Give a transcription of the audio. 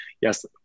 yes